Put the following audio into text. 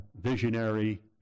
visionary